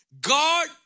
God